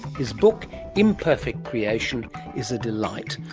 his book imperfect creation is a delight,